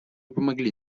помогли